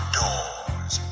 doors